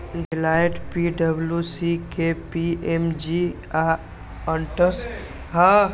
Deloitte, पी.डब्ल्यू.सी, KPMG आ Ernst and Young कें पैघ ऑडिटर्स मानल जाइ छै